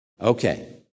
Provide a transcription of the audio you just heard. Okay